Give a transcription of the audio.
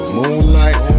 moonlight